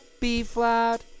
B-flat